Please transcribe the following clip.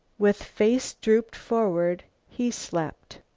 with face drooped forward, he slept.